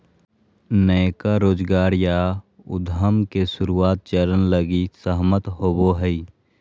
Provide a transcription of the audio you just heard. नयका रोजगार या उद्यम के शुरुआत चरण लगी सहमत होवो हइ